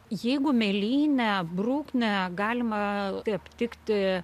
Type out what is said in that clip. jeigu mėlynę bruknę galima aptikti